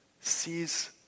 sees